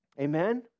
Amen